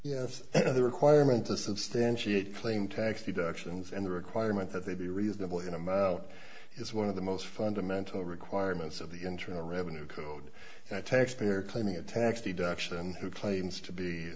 and the requirement to substantiate claim tax deductions and the requirement that they be reasonable you know is one of the most fundamental requirements of the internal revenue code and a tax payer claiming a tax deduction who claims to be